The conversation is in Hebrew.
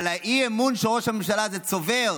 אבל האי-אמון שראש הממשלה הזה צובר,